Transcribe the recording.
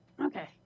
Okay